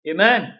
Amen